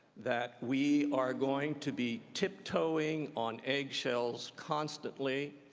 that we are going to be tiptoeing on egg shells constantly,